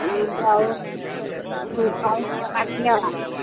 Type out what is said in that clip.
बहुत बहुत भाड़ा किएक लागतै